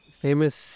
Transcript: famous